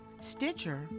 Stitcher